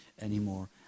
anymore